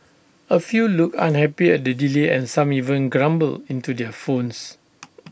A few looked unhappy at the delay and some even grumbled into their phones